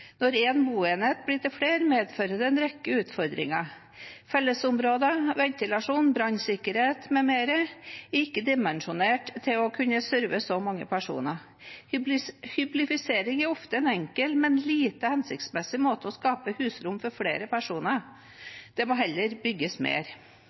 Når en boenhet blir til flere, medfører det en rekke utfordringer. Fellesområder, ventilasjon, brannsikkerhet mm. er ikke dimensjonert for å kunne serve så mange personer. Hyblifisering er ofte en enkel, men lite hensiktsmessig måte å skape husrom for flere